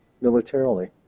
militarily